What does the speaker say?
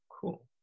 cool